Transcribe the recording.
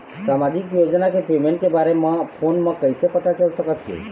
सामाजिक योजना के पेमेंट के बारे म फ़ोन म कइसे पता चल सकत हे?